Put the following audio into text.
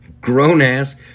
grown-ass